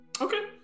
Okay